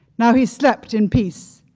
now he slept in peace,